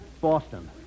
Boston